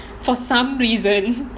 for some reason